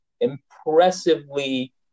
impressively